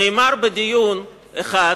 נאמר בדיון אחד,